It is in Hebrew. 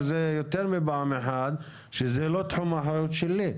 זה יותר מפעם אחת שזה לא תחום האחריות שלי,